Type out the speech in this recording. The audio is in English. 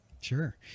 Sure